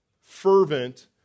fervent